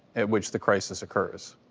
at which the crisis occurs.